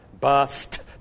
bust